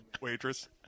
waitress